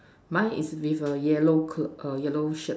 mine is with a yellow clue a yellow shirt